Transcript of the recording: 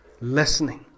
Listening